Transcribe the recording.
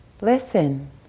Listen